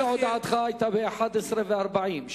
הודעתך היתה ב-11:40.